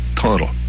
Total